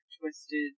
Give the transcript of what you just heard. twisted